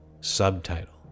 Subtitle